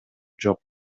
жок